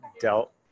dealt